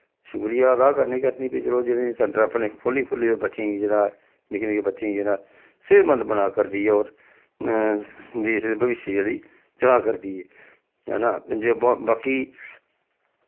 शुक्रिया अदा करनें केह् आखदे नी भाई चलो जेह्ड़े सैंटर अपने खोह्ल्ली खोह्ल्ली ते बच्चें गी जेह्ड़ा निक्के निक्के बच्चें गी जेह्ड़ा सेह्तमंद बनाऽ करदी ऐ होर देश दे भविश्य गी जेह्ड़ी चलाऽ करदी ऐ है ना जे बा बाकी